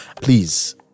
Please